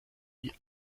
die